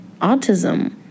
autism